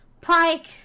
pike